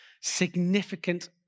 significant